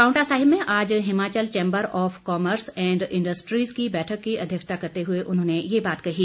पावंटा साहिब में आज Himachal chamber of commerce and industries की बैठक की अध्यक्षता करते हुए उन्होंने ये बात कही